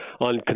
on